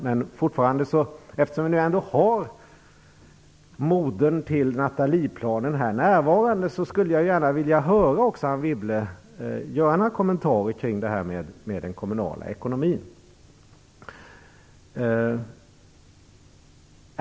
Men eftersom vi nu ändå har modern till Nathalieplanen närvarande, skulle jag gärna vilja höra Anne Wibble ge några kommentarer kring detta med den kommunala ekonomin.